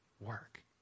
work